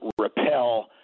repel